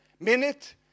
minute